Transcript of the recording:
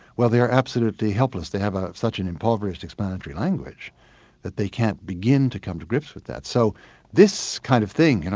well, they're absolutely helpless, they have ah such an impoverished explanatory language that they can't begin to come to grips with that. so this kind of thing, you know